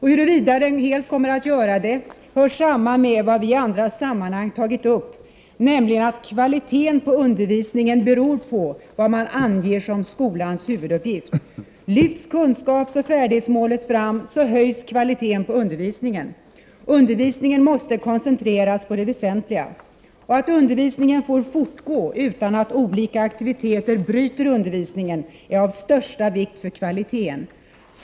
Huruvida den helt kommer att göra det hör samman med vad vi i andra sammanhang tagit upp, nämligen att kvaliteten på undervisningen beror på vad man anger som skolans huvuduppgift. Lyfts kunskapsoch färdighetsmålet fram, höjs kvaliteten på undervisningen. Undervisningen måste koncentreras på det väsentliga. Att undervisningen får fortgå utan att olika aktiviteter bryter den är av största vikt för kvaliteten.